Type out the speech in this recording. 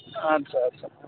اَدٕ سا اَدٕ سا